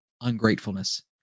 ungratefulness